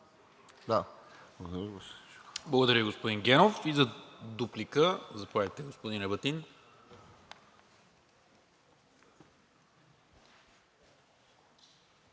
Благодаря, господин Генов.